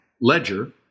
ledger